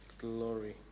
glory